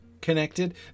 connected